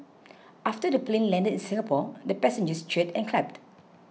after the plane landed in Singapore the passengers cheered and clapped